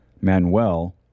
Manuel